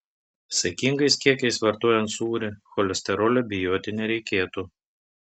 saikingais kiekiais vartojant sūrį cholesterolio bijoti nereikėtų